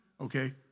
okay